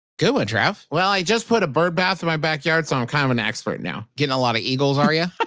good one, trav well, i just put a birdbath in my backyard, so i'm kind of an expert now getting a lot of eagles, are yeah but